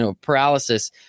paralysis